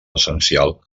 essencials